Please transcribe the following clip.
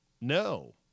No